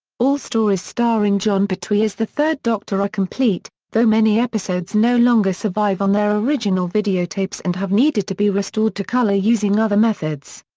all stories starring jon pertwee as the third doctor are complete, though many episodes no longer survive on their original videotapes and have needed to be restored to colour using other methods.